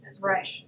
right